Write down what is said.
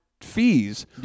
fees